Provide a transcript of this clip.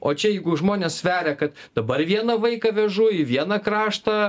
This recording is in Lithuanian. o čia jeigu žmonės sveria kad dabar vieną vaiką vežu į vieną kraštą